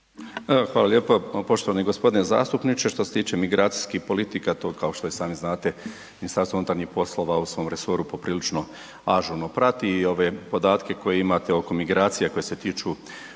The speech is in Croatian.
Hvala lijepo poštovani g. zastupniče. Što se tiče migracijskih politika, to kao što i sami znate, MUP u svom resoru poprilično ažurno prati i ove podatke koje imate oko migracija koje se tiču